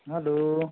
hello